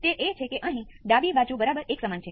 શું તે ભાગ ખાતરીપૂર્વક છે